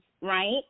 right